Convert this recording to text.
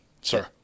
Sir